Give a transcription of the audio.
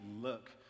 look